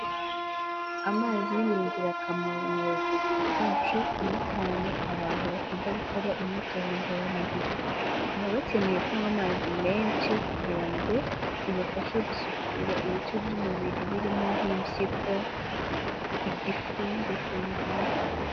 Amazi ni ingirakamaro mu buzima bwacu, cyane cyane abantu bakunda gukora imyitozo ngororamubiri, baba bakeneye kunywa amazi menshi kugira ngo bibafashe gusukura ibice by'umubiri birimo nk'impyiko, igifu ndetse n'ibindi.